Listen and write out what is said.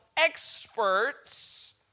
Experts